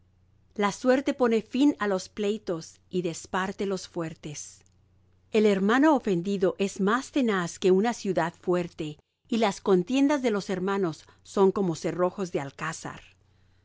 la suerte pone fin á los pleitos y desparte los fuertes el hermano ofendido es más tenaz que una ciudad fuerte y las contiendas de los hermanos son como cerrojos de alcázar del